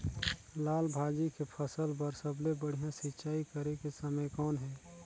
लाल भाजी के फसल बर सबले बढ़िया सिंचाई करे के समय कौन हे?